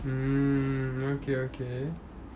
mm okay okay